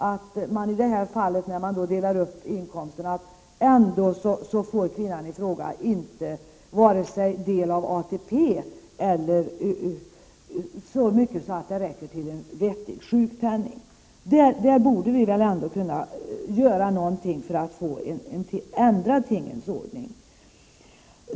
Om makarna i detta fall delar upp inkomsterna får kvinnan i fråga inte vare sig del av ATP eller så hög inkomst att det räcker till en vettig sjukpenning. I detta sammanhang borde väl ändå något kunna göras för att få en ändring till stånd av tingens ordning.